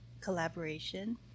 collaboration